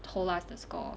told us the score